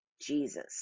Jesus